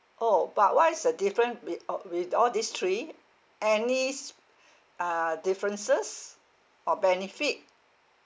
!ow! but what is the difference with a~ with all these three any s~ uh differences or benefit